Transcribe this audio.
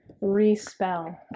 re-spell